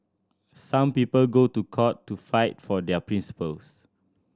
some people go to court to fight for their principles